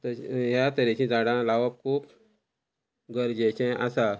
तश् ह्या तरेचीं झाडां लावप खूब गरजेचें आसा